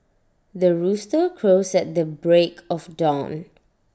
the rooster crows at the break of dawn